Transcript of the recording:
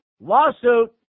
Lawsuit